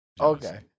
Okay